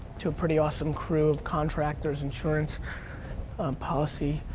to a pretty awesome crew of contractors, insurance policy